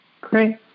Great